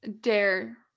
Dare